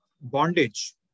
bondage